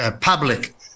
public